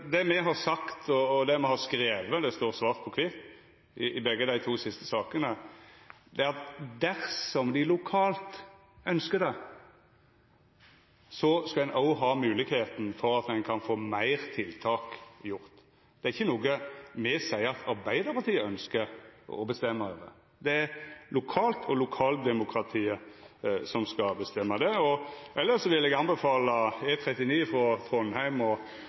Det me har sagt, og det me har skrive – det står svart på kvitt i begge dei to siste sakene – er at dersom ein ønskjer det lokalt, skal ein òg ha moglegheit for å få gjort fleire tiltak. Det er ikkje noko me seier at Arbeidarpartiet ønskjer å bestemma over, det er det lokaldemokratiet som skal bestemma. Elles vil eg anbefala E39 frå Trondheim og